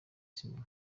sinema